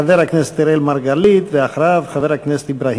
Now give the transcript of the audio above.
חבר הכנסת אראל מרגלית,